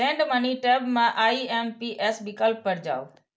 send money tab मे IMPS विकल्प पर जाउ